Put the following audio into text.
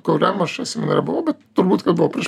kuriam aš čia seminare buvau bet turbūt kad buvo prieš